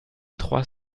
trois